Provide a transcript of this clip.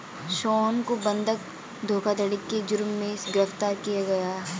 सोहन को बंधक धोखाधड़ी के जुर्म में गिरफ्तार किया गया